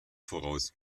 voraus